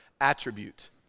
attribute